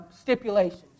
stipulations